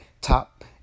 top